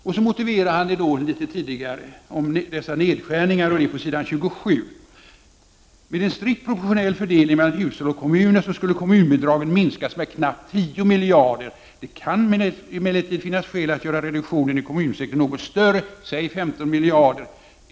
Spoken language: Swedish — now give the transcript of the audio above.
Nedskärningarna motiverar Bengt Westerberg på s. 27. Han skriver: ”Med en strikt proportionell fördelning mellan hushåll och kommuner skulle kommunbidragen minskas med knappt 10 miljarder kr. Det kan emellertid finnas skäl att göra reduktionen i kommunsektorn något större, säg 15 miljarder kr.